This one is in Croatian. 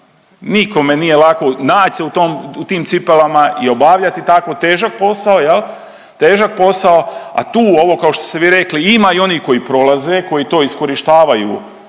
Nikome nije lako nać se u tim cipelama i obavljati tako težak posao, a tu ovo kao što ste vi rekli ima i onih koji prolaze koji to iskorištavaju